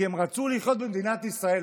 כי הם רצו לחיות במדינת ישראל,